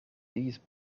these